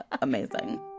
Amazing